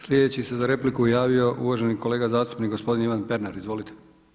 Sljedeći se za repliku javio uvaženi kolega zastupnik gospodin Ivan Pernar, izvolite.